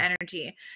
energy